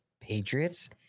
patriots